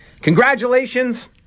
Congratulations